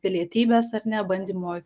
pilietybės ar ne bandymo